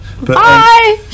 Bye